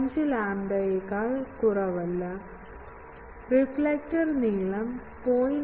5 ലാംഡയേക്കാൾ കുറവല്ല റിഫ്ലക്ടർ നീളം 0